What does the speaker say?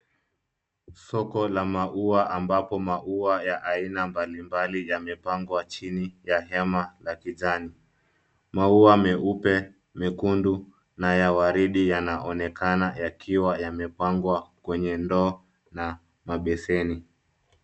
Soko la maua ambapo maua ya aina mbalimbali yamepangwa chini ya hema la kijani. Maua meupe, mekundu na ya waridi yanaonekana yakiwa yamepangwa kwenye ndoo na mabeseni.